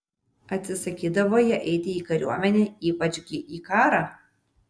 atsisakydavo jie eiti į kariuomenę ypač gi į karą